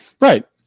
Right